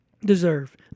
deserve